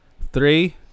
Three